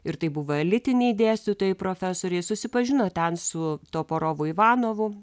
ir tai buvo elitiniai dėstytojai profesoriai susipažino ten su toporovu ivanovu